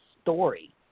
story